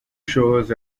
shores